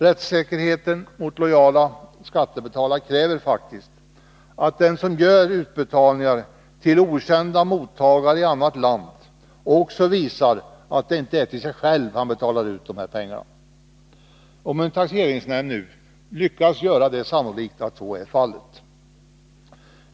Rättssäkerheten för lojala skattebetalare kräver faktiskt att den som gör utbetalningar till okända mottagare i annat land också visar att det inte är till honom själv som pengarna gått, om nu taxeringsnämnden lyckas visa att detta är sannolikt.